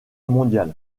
mondial